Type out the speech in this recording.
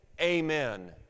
Amen